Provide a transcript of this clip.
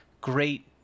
great